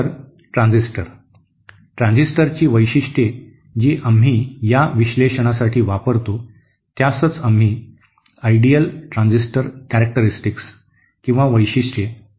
तर ट्रान्झिस्टर ट्रान्झिस्टरची वैशिष्ट्ये जी आम्ही या विश्लेषणासाठी वापरतो त्यासच आम्ही आदर्श ट्रांझिस्टर वैशिष्ट्ये म्हणतो